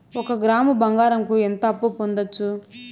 ఒక గ్రాము బంగారంకు ఎంత అప్పు పొందొచ్చు